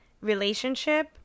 relationship